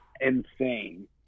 insane